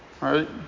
Right